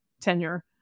tenure